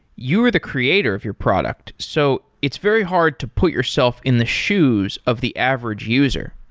you're the creator of your product. so it's very hard to put yourself in the shoes of the average user.